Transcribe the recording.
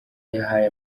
yahaye